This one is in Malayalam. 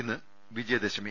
ഇന്ന് വിജയദശമി